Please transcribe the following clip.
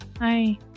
Hi